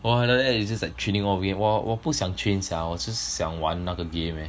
!wah! like that it's just like training lor 我我我不想 train sia 我是想玩那个 game eh